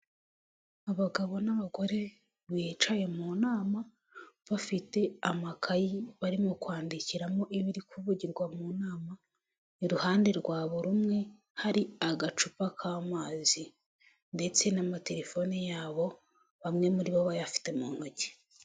Abagabo n'abagore bicaye mu nama bafite amakayi barimo kwandikiramo ibiri kuvugirwa mu nama, iruhande rwa buri umwe hari agacupa k'amazi ndetse n'amatelefone yabo bamwe muri bo bayafite mu ntoki.